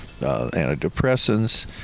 antidepressants